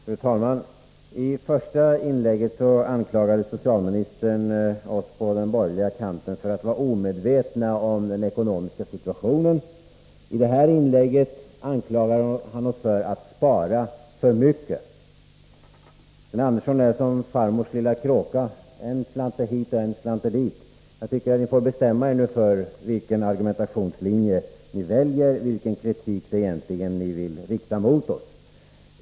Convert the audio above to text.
Fru talman! I det första inlägget anklagade socialministern oss på den borgerliga kanten för att vara omedvetna om den ekonomiska situationen. I det här inlägget anklagar han oss för att spara för mycket. Sten Andersson är som farmors lilla kråka: än slant han hit och än slant han dit. Nu får ni bestämma er för vilken argumentationslinje ni skall välja, vilken kritik ni egentligen vill rikta mot oss.